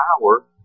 power